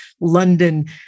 London